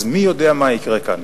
אז מי יודע מה יקרה כאן.